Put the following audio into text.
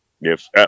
Yes